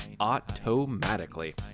automatically